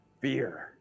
fear